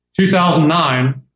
2009